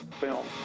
film